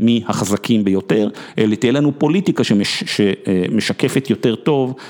מי החזקים ביותר, תהיה לנו פוליטיקה שמשקפת יותר טוב.